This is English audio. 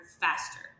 faster